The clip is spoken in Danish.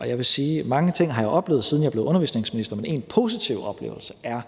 Jeg vil sige, at mange ting har jeg oplevet, siden jeg blev undervisningsminister, men en positiv oplevelse har været,